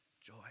joy